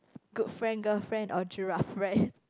good friend girl friend or giraffe friend